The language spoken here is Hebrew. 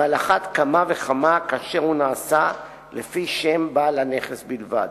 ועל אחת כמה וכמה כאשר הוא נעשה לפי שם בעל הנכס בלבד.